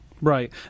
right